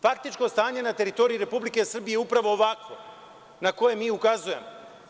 Faktičko stanje na teritoriji Republike Srbije je upravo ovakvo, na koje mi ukazujemo.